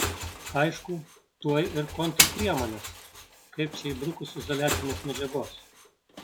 aišku tuoj ir kontrpriemonės kaip čia įbrukus izoliacinės medžiagos